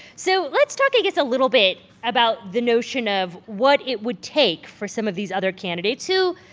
so let's talk, i guess, a little bit about the notion of what it would take for some of these other candidates who,